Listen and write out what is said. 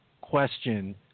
question